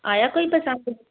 ਆਇਆ ਕੋਈ ਪਸੰਦ